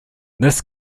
this